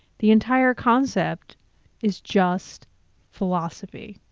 the entire concept is just philosophy.